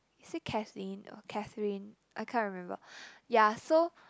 is it Kathleen or Katherine I can't remember ya so